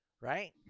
right